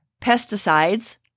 pesticides